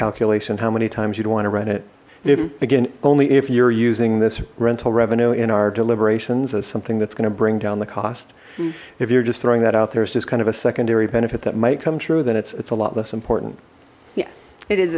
calculation how many times you'd want to rent it if again only if you're using this rental revenue in our deliberations as something that's going to bring down the cost if you're just throwing that out there it's just kind of a secondary benefit that might come true then it's it's a lot less important yeah it is